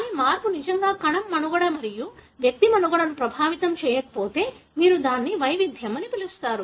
కానీ మార్పు నిజంగా కణం మనుగడ మరియు వ్యక్తి మనుగడను ప్రభావితం చేయకపోతే మీరు దానిని వైవిధ్యం అని పిలుస్తారు